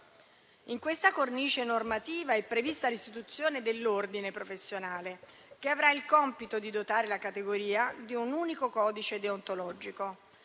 In questa cornice normativa è prevista l'istituzione dell'ordine professionale, che avrà il compito di dotare la categoria di un unico codice deontologico.